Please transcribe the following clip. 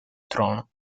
trono